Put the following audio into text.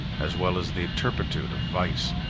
as well as the turpitude, of vice,